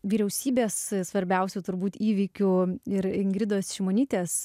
vyriausybės svarbiausių turbūt įvykių ir ingridos šimonytės